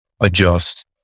adjust